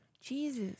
Jesus